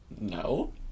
No